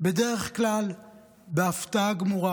בדרך כלל בהפתעה גמורה.